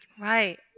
Right